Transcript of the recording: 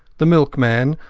the milkman,